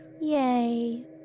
Yay